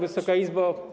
Wysoka Izbo!